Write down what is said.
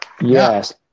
Yes